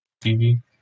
TV